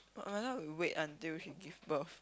might as well you wait until she give birth